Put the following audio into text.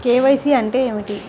KYC అంటే ఏమిటి?